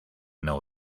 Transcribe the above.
know